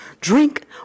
Drink